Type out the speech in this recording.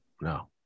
no